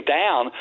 down